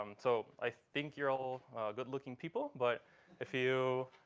um so i think you're all good-looking people. but if you